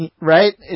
Right